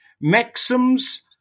Maxims